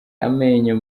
amenyo